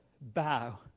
bow